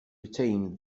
retain